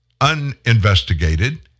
uninvestigated